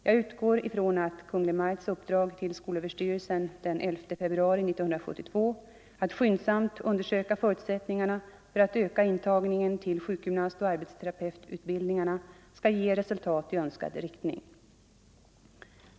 Jag utgår ifrån att Kungl. Maj:ts uppdrag till skolöverstyrelsen den 11 februari 1972 att skyndsamt undersöka förutsättningarna för att öka intagningen till sjukgymnastoch arbetsterapeututbildningarna skall ge resultat i önskad riktning.